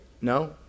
No